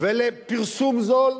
ולפרסום זול,